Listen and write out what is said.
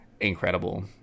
incredible